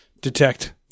detect